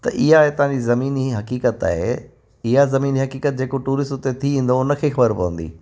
त इहा हितां जी ज़मीनी हक़ीक़त आहे इहा ज़मीनी हक़ीक़त जेको टुरिस्ट उते थी ईंदो हुनखे ई ख़बर पवंदी